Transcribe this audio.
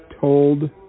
told